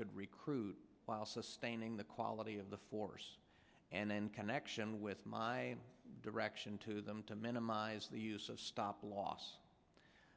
could recruit while sustaining the quality of the force and then connection with my direction to them to minimize the use of stop loss